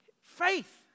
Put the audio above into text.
faith